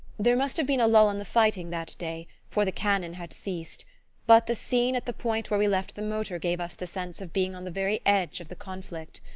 there must have been a lull in the fighting that day, for the cannon had ceased but the scene at the point where we left the motor gave us the sense of being on the very edge of the conflict.